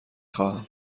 خواهم